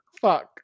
fuck